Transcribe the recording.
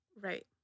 Right